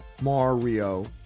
Mario